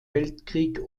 weltkrieg